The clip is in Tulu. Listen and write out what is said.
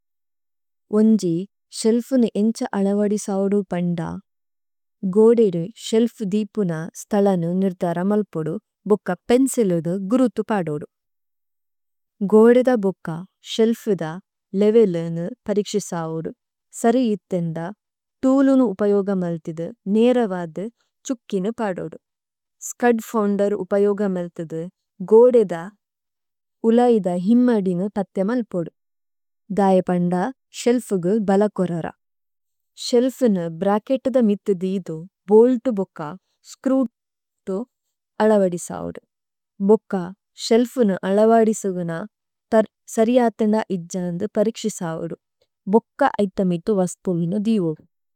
ഒംജി ശേല്ഫുന്നു എഞ്ച അളവാഡിസാവഡു പംഡാ, ഗോഡേഡു ശേല്ഫ ദിപുന സ്തലനു നിര്ധരമല്പൊഡു, ബൊക്ക പേംസലുഗെ ഗുരൂതു പാഡോഡു। ഗോഡേഡ ബൊക്ക ശേല്ഫദ ലേവല്ലിനു പരിക്ഷിസാവഡു। സരിയത്തംഡ ടൂലുനു ഉപയോഗമാല്തിദു നേരവാദ ചുക്കിനു പാഡോഡു। സ്കഡ് ഫാംഡര് ഉപയോഗമാല്തിദു ഗോഡേഡ ഉലയിദ ഹിമ്മഡിനു പത്തെമല്പൊഡു। ദായപംഡ ശേല്ഫഗു ബലകൊരാരാ। ശേല്ഫുന്നു ബ്രാകെട്ടദ മിത്തു ദിയദു ബൊല്ടു ബൊക്കാ സ്ക്രൂത്തു അളാവഡിസാവദു। ബൊക്കാ ശേല്ഫുന്നു അളാവഡിസദന തര് സരിയാതന്ന ഇദ്ജാന്നു പരിക്ഷിസാവദു। ബൊക്കാ ഏത്തമേത്തു വസ്തലുന്നു ദിയദു।